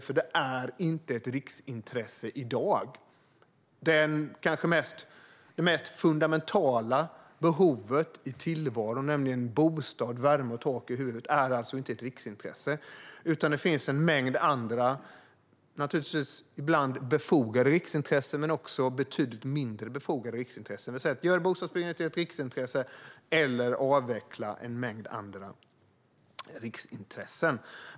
Det är nämligen inte ett riksintresse i dag; det kanske mest fundamentala behovet i tillvaron - bostad, värme och tak över huvudet - är alltså inte ett riksintresse. Det finns i stället en mängd andra riksintressen, ibland naturligtvis befogade men också vissa betydligt mindre befogade. Antingen gör vi alltså bostadsbyggandet till ett riksintresse eller också avvecklar vi en mängd andra riksintressen.